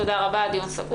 תודה רבה, הדיון סגור.